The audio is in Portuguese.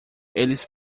eles